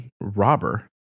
robber